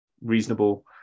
Reasonable